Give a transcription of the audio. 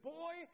boy